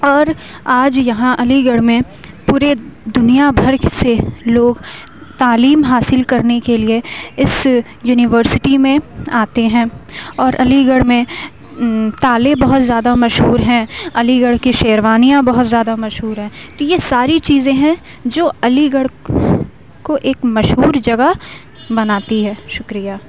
اور آج یہاں علی گڑھ میں پورے دُنیا بھر سے لوگ تعلیم حاصل کرنے کے لیے اِس یونیورسٹی میں آتے ہیں اور علی گڑھ میں تالے بہت زیادہ مشہور ہیں علی گڑھ کی شیروانیاں بہت زیادہ مشہور ہیں تو یہ ساری چیزیں ہیں جو علی گڑھ کو ایک مشہور جگہ بناتی ہے شُکریہ